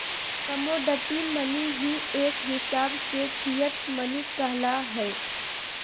commodity money ही एक हिसाब से फिएट मनी कहला हय